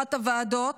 לאחת הוועדות,